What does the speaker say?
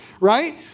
right